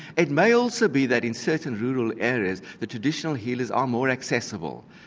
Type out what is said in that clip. it may also be that in certain rural areas the traditional healers are more accessible.